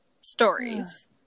stories